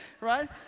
right